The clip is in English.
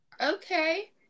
Okay